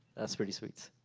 that's pretty sweet.